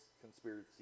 conspiracy